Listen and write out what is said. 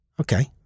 Okay